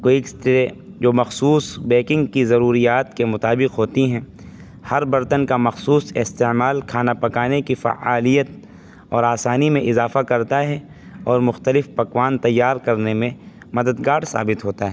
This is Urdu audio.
کوئکسترے جو مخصوص بیکنگ کی ضروریات کے مطابق ہوتی ہیں ہر برتن کا مخصوص استعمال کھانا پکانے کی فعالیت اور آسانی میں اضافہ کرتا ہے اور مختلف پکوان تیار کرنے میں مددگار ثابت ہوتا ہے